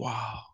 Wow